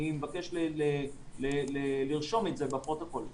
אני מבקש לרשום את זה בפרוטוקול.